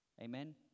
amen